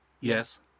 Yes